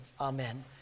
Amen